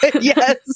Yes